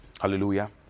Hallelujah